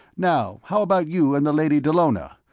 now, how about you and the lady dallona?